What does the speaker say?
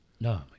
No